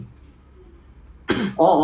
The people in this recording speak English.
ya then the